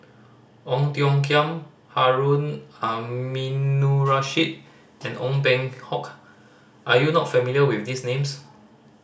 Ong Tiong Khiam Harun Aminurrashid and Ong Peng Hock are you not familiar with these names